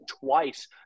twice